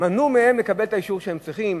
מנעו מהם לקבל את האישור שהם צריכים.